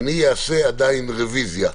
אעשה עדיין רביזיה,